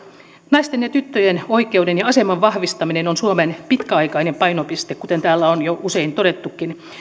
naisten ja tyttöjen oikeuden ja aseman vahvistaminen on suomen pitkäaikainen painopiste kuten täällä on jo usein todettukin